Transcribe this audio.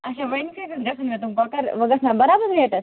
آچھا وۄنۍ کۭتِس گژھیٚن مےٚ تِم کۄکر وۄنۍ گژھہٕ نا برابر ریٹَس